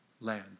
land